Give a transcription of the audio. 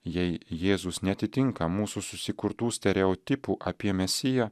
jei jėzus neatitinka mūsų susikurtų stereotipų apie mesiją